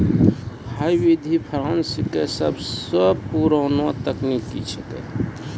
है विधि फ्रांस के सबसो पुरानो तकनीक छेकै